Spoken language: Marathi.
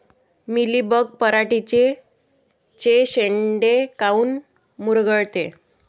मिलीबग पराटीचे चे शेंडे काऊन मुरगळते?